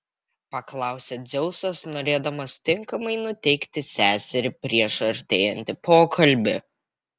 paklausė dzeusas norėdamas tinkamai nuteikti seserį prieš artėjantį pokalbį